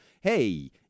Hey